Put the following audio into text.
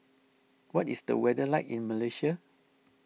what is the weather like in Malaysia